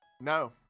No